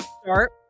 start